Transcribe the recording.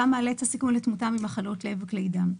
גם מעלה את הסיכון לתמותה ממחלות לב וכלי דם.